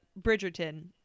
bridgerton